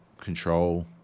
control